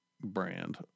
brand